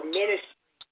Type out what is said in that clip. ministry